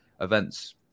events